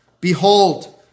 Behold